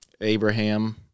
Abraham